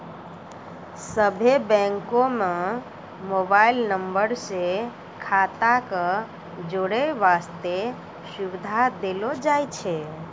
सभ्भे बैंको म मोबाइल नम्बर से खाता क जोड़ै बास्ते सुविधा देलो जाय छै